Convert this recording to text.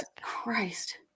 Christ